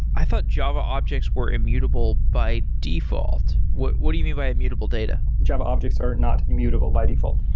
i thought java objects were immutable by default. what what do you mean by immutable data? java objects are not immutable by default.